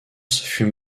fut